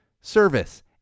service